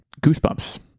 Goosebumps